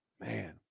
Man